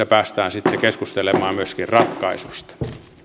päästään sitten keskustelemaan myöskin ratkaisuista